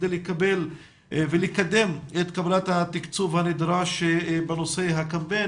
כדי לקדם את קבלת התקצוב הנדרש בנושא הקמפיין.